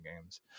games